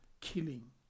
killing